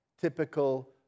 typical